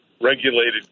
regulated